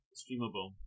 streamable